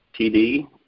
td